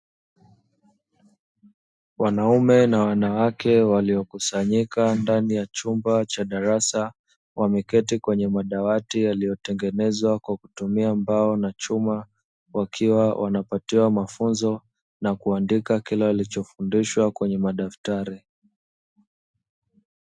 Wanaume na wanawake waliokusanyika ndani ya chumba cha darasa wameketi kwenye madawati yaliyotengenezwa kwa kutumia mbao na chuma, wakiwa wanapatiwa mafunzo na kuandika kila walichofundishwa kwenye madaftari.